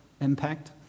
impact